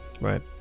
right